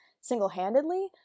single-handedly